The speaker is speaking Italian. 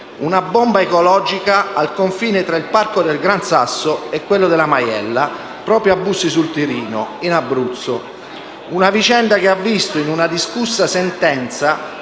una bomba ecologica al confine tra il Parco del Gran Sasso e quello della Maiella, proprio a Bussi sul Tirino, in Abruzzo. Una vicenda che ha visto, in una discussa sentenza,